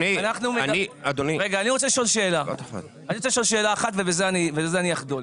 אני רוצה לשאול שאלה אחת ובזה אני אחדל.